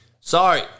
Sorry